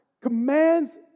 commands